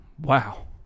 Wow